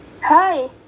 Hi